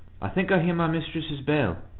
i think i hear my mistress's bell.